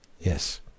Yes